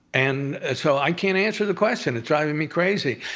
and so i can't answer the question. it's driving me crazy.